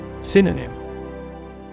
Synonym